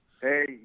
Hey